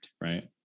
Right